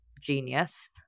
genius